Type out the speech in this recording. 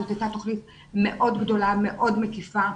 זאת הייתה תוכנית מאוד גדולה, מאוד מקיפה.